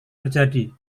terjadi